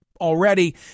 already